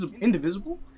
Indivisible